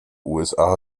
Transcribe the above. usa